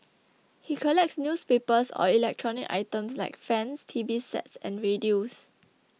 he collects newspapers or electronic items like fans T V sets and radios